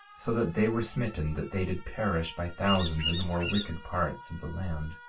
so that they were smitten that they did perish by thousands in the more wicked parts of the land.